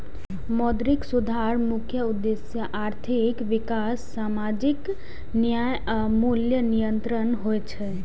मौद्रिक सुधारक मुख्य उद्देश्य आर्थिक विकास, सामाजिक न्याय आ मूल्य नियंत्रण होइ छै